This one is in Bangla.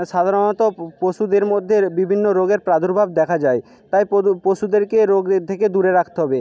সাধারণত পশুদের মধ্যে বিভিন্ন রোগের প্রাদুর্ভাব দেখা যায় তাই পশুদেরকে রোগের থেকে দূরে রাখতে হবে